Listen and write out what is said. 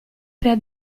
per